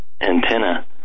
antenna